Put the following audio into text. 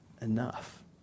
enough